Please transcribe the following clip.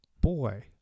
boy